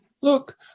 Look